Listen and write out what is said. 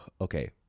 Okay